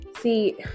See